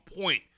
point